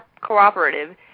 cooperative